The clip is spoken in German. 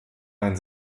einen